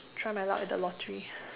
try my luck at the lottery